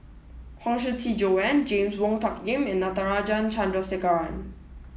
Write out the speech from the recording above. Huang Shiqi Joan James Wong Tuck Yim and Natarajan Chandrasekaran